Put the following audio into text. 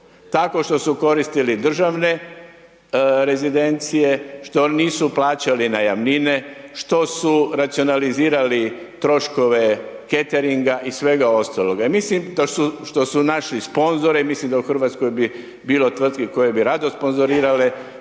tako što su koristili državne rezidencije, što nisu plaćali najamnine, što su racionalizirali troškove cateringa i svega ostaloga. I mislim da, što su našli sponzore, i mislim da u Hrvatskoj bi bilo tvrtki koje bi rado sponzorirale